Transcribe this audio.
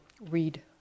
read